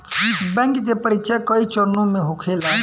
bank के परीक्षा कई चरणों में होखेला